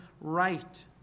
right